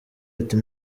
ati